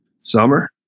summer